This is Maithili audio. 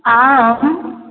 आम